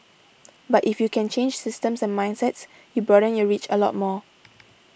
but if you can change systems and mindsets you broaden your reach a lot more